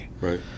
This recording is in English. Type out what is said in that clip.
Right